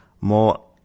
more